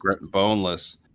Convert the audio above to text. boneless